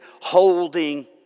holding